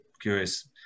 curious